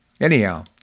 Anyhow